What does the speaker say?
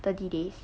thirty days